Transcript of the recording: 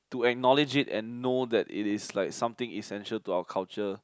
to acknowledge it and know that it is like something essential to our culture